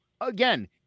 Again